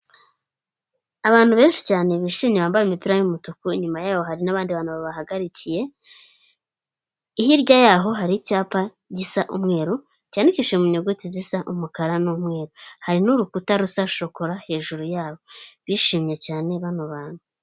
Abantu benshi cyane bishimimye bambaye imipira y'umutuku nyuma yaho hari n'abandi bantu babahagarikiye, hirya yaho hari icyapa gisa umweru cyandikishije mu nyuguti zisa umukara n'umweru. Hari n'urukuta rusa shokora hejuru yabo, bishimye cyane bano bantu.